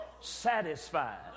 satisfied